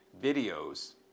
videos